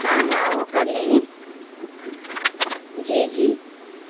ہاں ہاں وہ کر لیں گے جی جی